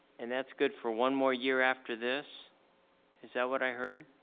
and that's good for one more year after this is that what i heard?